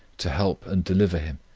to help and deliver him,